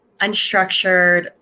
unstructured